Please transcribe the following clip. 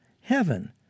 heaven